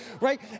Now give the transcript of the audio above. right